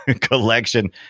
collection